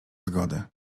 zgody